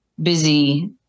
busy